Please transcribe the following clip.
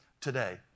today